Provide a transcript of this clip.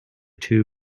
two